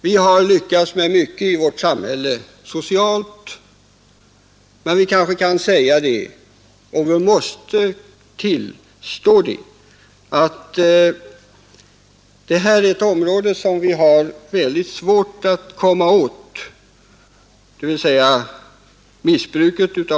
Vi har lyckats med mycket i vårt samhälle socialt sett, men vi kanske måste tillstå att detta är ett område, som vi har väldigt svårt att komma åt.